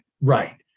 right